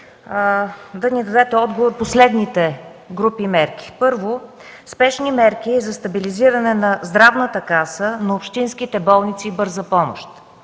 да ни дадете отговор по следните групи мерки. Първо, спешни мерки за стабилизиране на Здравната каса, на общинските болници и „Бърза помощ”.